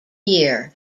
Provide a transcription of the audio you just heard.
year